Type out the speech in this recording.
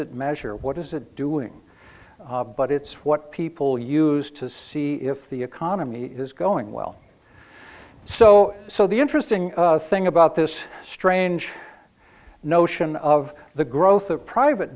it measure what is it doing but it's what people used to see if the economy is going well so so the interesting thing about this strange notion of the growth of private